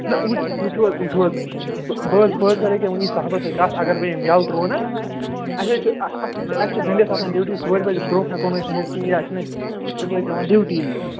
نہٕ وُ وُچھُو حظ وُچھُو حظ بہٕ بہٕ حظ بہٕ حظ کرٕ یہِ کیٛاہ وُنی صاحبَس سۭتۍ کَتھ اگر بہٕ یٔمۍ یلہٕ ترٛوونَس اَسہِ حظ چھِ اَصلی اَسہِ چھِ گٔنٛڈِتھ آسان ڈِیوٹی ژورِ بجہِ برٛونٛہہ ہیٚکو نہٕ أسۍ نیٖرِتھ کِہیٖنٛۍ یا چھِنہٕ اَسہِ صُبحٲے پیٚوان ڈِیوٹی یُن